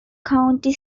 county